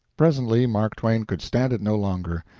presently mark twain could stand it no longer.